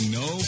no